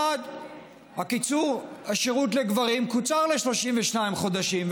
1. השירות לגברים קוצר ל-32 חודשים,